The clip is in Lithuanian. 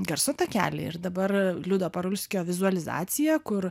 garso takelį ir dabar liudo parulskio vizualizacija kur